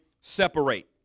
separate